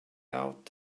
out